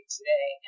Today